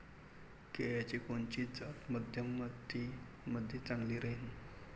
केळाची कोनची जात मध्यम मातीमंदी चांगली राहिन?